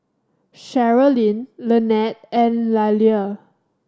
Sherilyn Lynnette and Liller